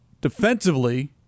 defensively